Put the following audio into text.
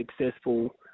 successful